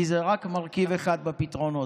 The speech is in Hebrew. כי זה רק מרכיב אחד בפתרונות.